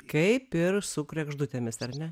kaip ir su kregždutėmis ar ne